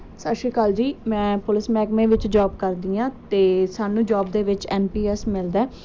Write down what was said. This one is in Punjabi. ਸਤਿ ਸ਼੍ਰੀ ਅਕਾਲ ਜੀ ਮੈਂ ਪੁਲਿਸ ਮਹਿਕਮੇ ਵਿੱਚ ਜੋਬ ਕਰਦੀ ਹਾਂ ਅਤੇ ਸਾਨੂੰ ਜੋਬ ਦੇ ਵਿੱਚ ਐਨ ਪੀ ਐਸ ਮਿਲਦਾ